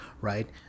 right